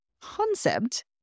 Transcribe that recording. concept